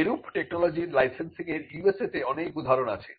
এরূপ টেকনোলজির লাইসেন্সিং এর USA তে অনেক উদাহরণ আছে